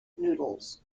noodles